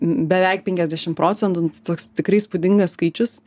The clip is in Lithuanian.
beveik penkiasdešim procentų toks tikrai įspūdingas skaičius